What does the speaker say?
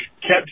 kept